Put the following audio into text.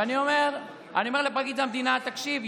ואני אומר לפרקליט המדינה: תקשיב,